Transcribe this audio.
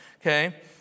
okay